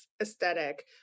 aesthetic